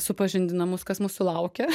supažindina mus kas mūsų laukia